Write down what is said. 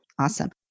Awesome